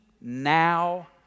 now